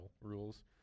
rules